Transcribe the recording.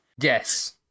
Yes